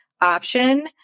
option